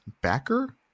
backer